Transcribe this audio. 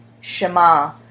Shema